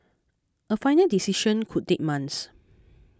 a final decision could take months